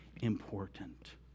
important